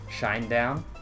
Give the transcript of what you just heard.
shinedown